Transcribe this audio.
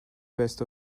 best